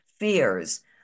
Fears